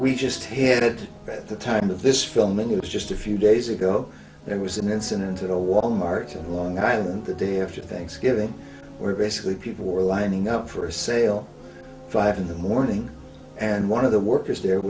we just hit the time this film is just a few days ago there was an incident at a wal mart in long island the day after thanksgiving were basically people were lining up for sale five in the morning and one of the workers there